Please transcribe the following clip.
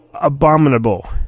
abominable